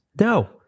No